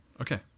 okay